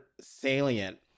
salient